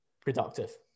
productive